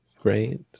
great